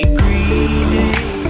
greedy